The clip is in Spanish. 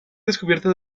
descubierta